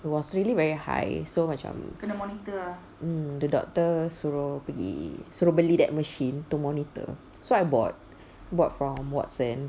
it was really very high so macam mm the doctor suruh pergi suruh beli that machine to monitor so I bought bought from watsons